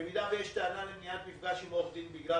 במידה ויש טענה למניעת מפגש עם עורך דין בגלל